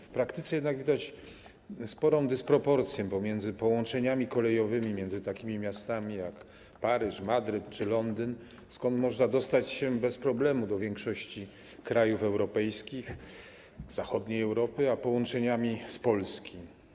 W praktyce jednak widać sporą dysproporcję pomiędzy połączeniami kolejowymi między takimi miastami jak Paryż, Madryt czy Londyn, skąd można dostać się bez problemu do większości krajów europejskich, Europy Zachodniej, a połączeniami z Polski.